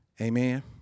Amen